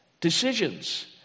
decisions